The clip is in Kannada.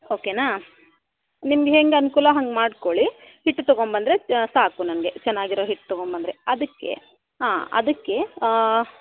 ಓಕೆನಾ ನಿಮ್ಗೆ ಹೆಂಗೆ ಅನುಕೂಲ ಹಂಗೆ ಮಾಡ್ಕೊಳ್ಳಿ ಹಿಟ್ಟು ತಗೊಂಡ್ಬಂದ್ರೆ ಸಾಕು ನನಗೆ ಚೆನ್ನಾಗಿರೋ ಹಿಟ್ಟು ತಗೊಂಡ್ಬಂದ್ರೆ ಅದಕ್ಕೆ ಹಾಂ ಅದಕ್ಕೆ